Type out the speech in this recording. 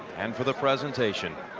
and for the presentation.